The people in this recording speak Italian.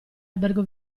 albergo